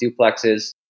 duplexes